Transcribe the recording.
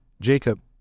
Jacob